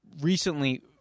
recently